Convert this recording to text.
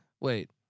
wait